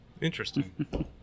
Interesting